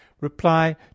REPLY